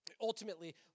Ultimately